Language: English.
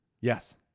Yes